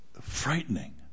Frightening